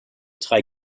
drei